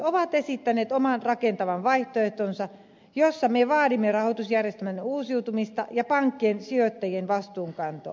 sosialidemokraatit ovat esittäneet oman rakentavan vaihtoehtonsa jossa me vaadimme rahoitusjärjestelmän uusiutumista ja pankkien ja sijoittajien vastuunkantoa